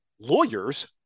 lawyers